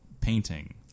painting